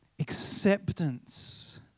acceptance